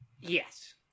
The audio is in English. Yes